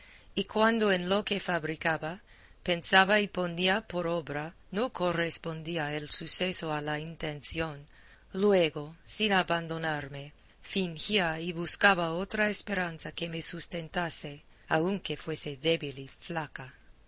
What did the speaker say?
y cuando en lo que fabricaba pensaba y ponía por obra no correspondía el suceso a la intención luego sin abandonarme fingía y buscaba otra esperanza que me sustentase aunque fuese débil y flaca